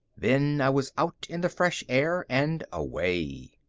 then i was out in the fresh air and away.